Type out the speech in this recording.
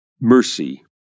mercy